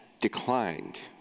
declined